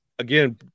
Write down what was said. again